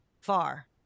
far